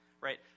right